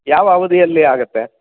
ಯಾವ ಅವಧಿಯಲ್ಲಿ ಆಗತ್ತೆ